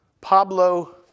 Pablo